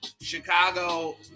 Chicago